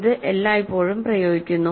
ഇത് എല്ലായ്പ്പോഴും പ്രയോഗിക്കുന്നു